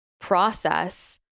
process